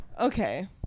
okay